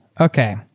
Okay